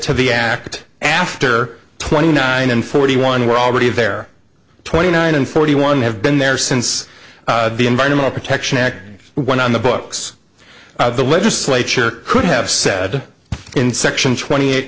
to the act after twenty nine and forty one were already there twenty nine and forty one have been there since the environmental protection act went on the books the legislature could have said in section twenty eight